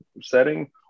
setting